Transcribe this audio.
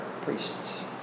priests